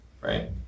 Right